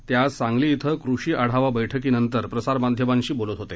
ते आज सांगली शिं कृषी आढावा बैठकीनंतर प्रसार माध्यमांशी बोलत होते